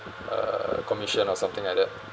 uh commission or something like that